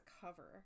cover